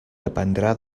dependrà